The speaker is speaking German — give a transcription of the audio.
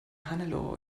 hannelore